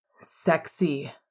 Sexy